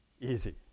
easy